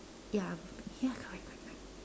ya ya correct correct correct